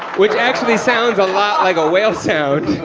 which actually sounds a lot like a whale sound.